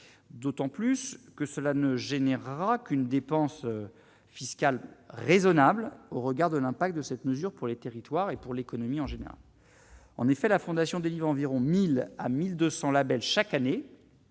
d'autant plus que cela ne générera qu'une dépense fiscale raisonnables au regard de l'impact de cette mesure pour les territoires et pour l'économie en général, en effet, la fondation délivre environ 1000 à 1200 Label chaque année